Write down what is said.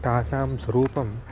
तासां स्वरूपम्